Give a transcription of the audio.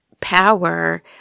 power